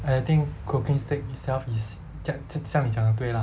and I think cooking steak itself is 像像像你讲的对 lah